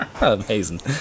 amazing